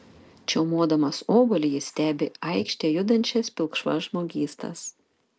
čiaumodamas obuolį jis stebi aikšte judančias pilkšvas žmogystas